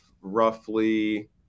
roughly